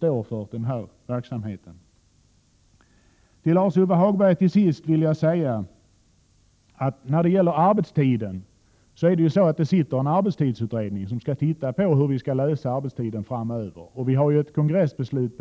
Jag vill till sist säga till Lars-Ove Hagberg att en arbetstidsutredning studerar hur arbetstidsfrågan skall lösas framöver. Det finns ett kongressbe 87 slut